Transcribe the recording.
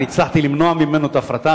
אני הצלחתי למנוע ממנו את ההפרטה.